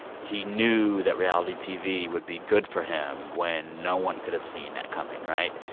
he knew that reality tv would be good for him when no one could have seen that coming, right?